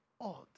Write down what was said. odd